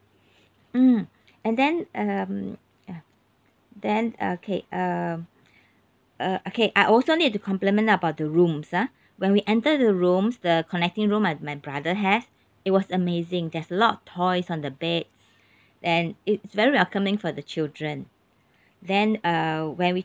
mm and then um uh then okay um uh okay I also need to compliment about the rooms ah when we enter the rooms the connecting room uh my brother has it was amazing there's a lot of toys on the bed and it's very welcoming for the children then uh when we